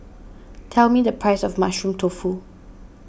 tell me the price of Mushroom Tofu